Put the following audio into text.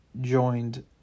Joined